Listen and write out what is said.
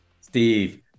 Steve